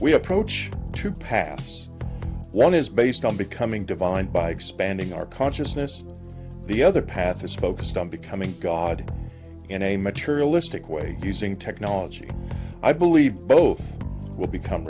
we approach to pass one is based on becoming divine by expanding our consciousness the other path is focused on becoming god in a materialistic way using technology i believe both will become